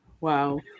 Wow